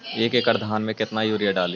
एक एकड़ धान मे कतना यूरिया डाली?